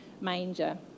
manger